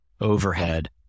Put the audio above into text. overhead